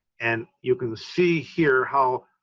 and you can see here how,